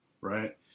right